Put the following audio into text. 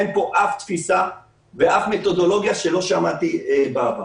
אין פה אף תפיסה ואף מתודולוגיה שלא שמעתי בעבר.